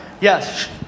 Yes